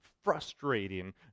frustrating